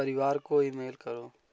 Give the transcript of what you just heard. परिवार को ईमेल करो